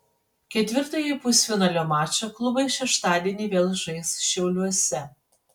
ketvirtąjį pusfinalio mačą klubai šeštadienį vėl žais šiauliuose